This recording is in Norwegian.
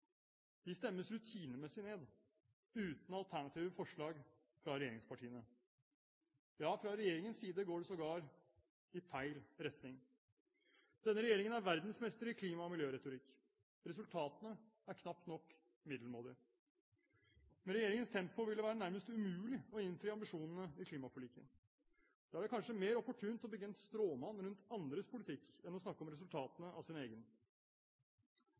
De stemmes rutinemessig ned, uten alternative forslag fra regjeringspartiene. Ja, fra regjeringens side går det sågar i feil retning. Denne regjeringen er verdensmester i klima- og miljøretorikk. Resultatene er knapt nok middelmådige. Med regjeringens tempo vil det være nærmest umulig å innfri ambisjonene i klimaforliket. Da er det kanskje mer opportunt å bygge en stråmann rundt andres politikk enn å snakke om resultatene av sin egen.